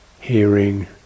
hearing